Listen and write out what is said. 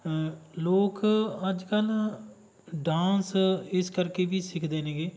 ਲੋਕ ਅੱਜ ਕੱਲ੍ਹ ਡਾਂਸ ਇਸ ਕਰਕੇ ਵੀ ਸਿੱਖਦੇ ਨੇਗੇ